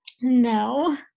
no